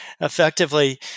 Effectively